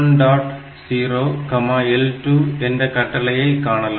0L2 என்ற கட்டளையை காணலாம்